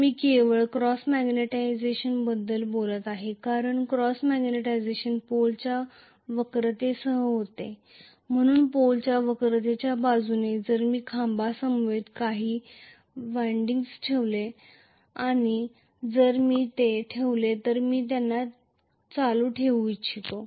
मी केवळ क्रॉस मॅग्निटायझेशनबद्दल बोलत आहे कारण क्रॉस मॅग्नेटिझेशन पोलच्या वक्रतेसह होते म्हणून पोलच्या वक्रतेच्या बाजूने जर मी खांबासमवेत काही विंडिंग्ज ठेवले आणि जर मी ते ठेवले तर मी त्यांना करंट ठेवू इच्छितो